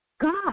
God